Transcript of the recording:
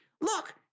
look